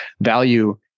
value